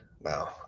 now